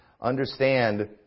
understand